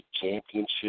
championship